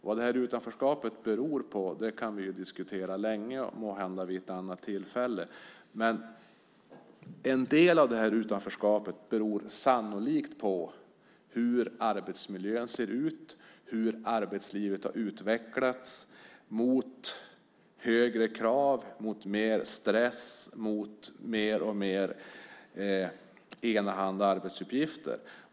Vad utanförskapet beror på kan vi diskutera länge, måhända vid ett annat tillfälle. Men en del av utanförskapet beror sannolikt på hur arbetsmiljön ser ut, hur arbetslivet har utvecklats mot högre krav, mot mer stress, mot mer och mer enahanda arbetsuppgifter.